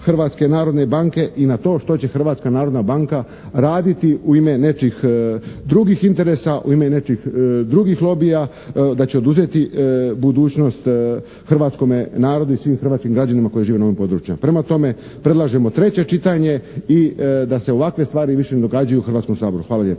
Hrvatske narodne banke i na to što će Hrvatska narodna banka raditi u ime nečijih drugih interesa, u ime nečijih drugih lobija, da će oduzeti budućnost hrvatskome narodu i svim hrvatskim građanima koji žive na ovim područjima. Prema tome, predlažemo treće čitanje i da se ovakve stvari više ne događaju u Hrvatskom saboru. Hvala lijepo.